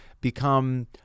become